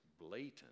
blatant